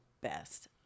best